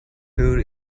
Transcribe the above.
food